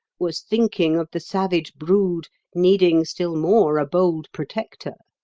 was thinking of the savage brood needing still more a bold protector.